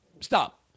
Stop